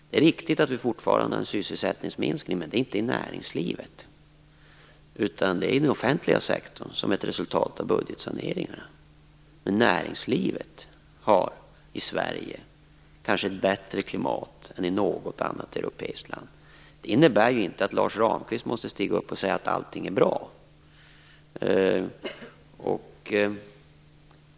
Det är riktigt att vi fortfarande har en sysselsättningsminskning. Men det är inte i näringslivet, utan i den offentliga sektorn, som ett resultat av budgetsaneringen. Näringslivet har ett kanske bättre klimat i Sverige än i något annat europeiskt land. Det innebär inte att Lars Ramqvist måste säga att allting är bra.